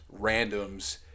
randoms